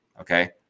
Okay